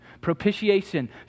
Propitiation